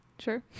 Sure